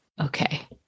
okay